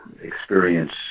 experience